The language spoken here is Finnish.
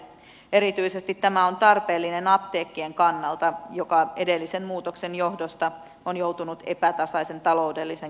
erityisesti tämä on tarpeellinen apteekkien kannalta joka edellisen muutoksen johdosta on joutunut epätasaisen taloudellisen kannattavuuden paineisiin